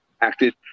acted